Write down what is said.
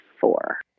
four